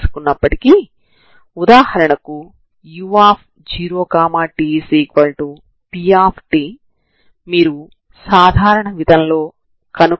ఇప్పటివరకు మనం ఈ పరిష్కారాన్ని కనుగొన్నాము ఇక్కడ ఇచ్చిన సమస్య రెండు సమస్యలుగా విభజించబడింది